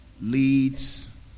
leads